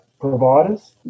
providers